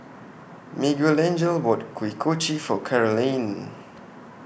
Miguelangel bought Kuih Kochi For Carolynn